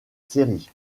séries